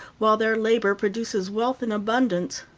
while their labor produces wealth in abundance.